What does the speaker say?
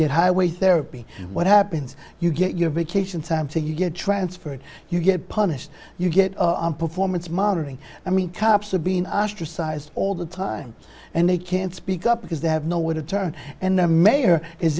get highway therapy what happens you get your vacation time thing you get transferred you get punished you get performance monitoring i mean cops have been asked for size all the time and they can't speak up because they have nowhere to turn and the mayor is